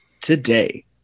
today